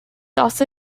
also